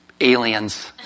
aliens